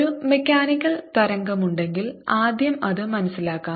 ഒരു മെക്കാനിക്കൽ തരംഗമുണ്ടെങ്കിൽ ആദ്യം അത് മനസ്സിലാക്കാം